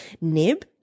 nib